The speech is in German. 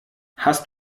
hast